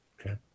Okay